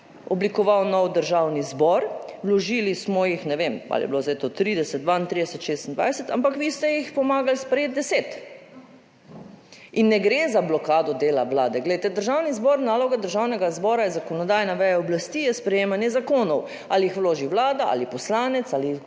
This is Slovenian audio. oblikoval nov Državni zbor, vložili smo jih, ne vem ali je bilo zdaj to 30, 32, 26, ampak vi ste jih pomagali sprejeti deset, in ne gre za blokado dela Vlade, glejte Državni zbor, naloga Državnega zbora je zakonodajna veja oblasti, je sprejemanje zakonov ali jih vloži Vlada ali poslanec ali